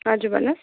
हजुर भन्नुहोस्